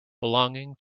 belonging